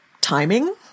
timing